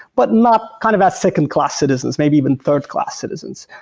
but not kind of our second-class citizens. maybe even third-class citizens.